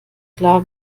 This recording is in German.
klar